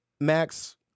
Max